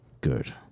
Good